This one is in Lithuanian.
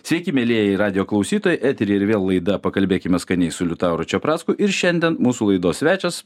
sveiki mielieji radijo klausytojai eteryje ir vėl laida pakalbėkime skaniai su liutauru čepracku ir šiandien mūsų laidos svečias